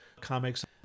comics